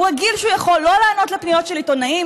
הוא רגיל שהוא יכול לא לענות לפניות של עיתונאים,